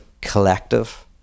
collective